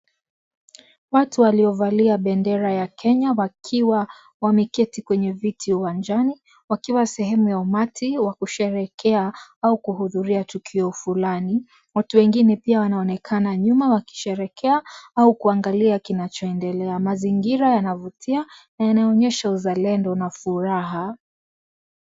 Watu waliovalia bendera ya Kenya, wakiwa wameketi kwenye viti uwanjani, wakiwa sehemu ya umati wakusheherekea au kuhudhuria tukio fulani. Watu wengine pia wanaonekana nyuma wakisheherekea au kuangalia kinachoendelea. Mazingira yanavutia na yanaonyesha uzalendo na furaha.